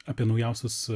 apie naujausius